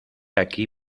aquí